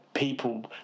people